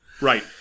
Right